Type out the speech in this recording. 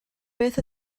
beth